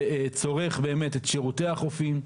שצורך את שירותי החופים.